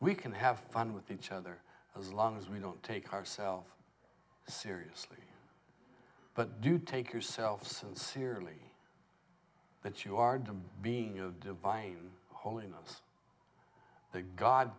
we can have fun with each other as long as we don't take ourself seriously but do take yourself sincerely but you are done being of divine holiness the god